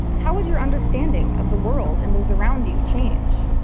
how would your understanding of the world and those around you change?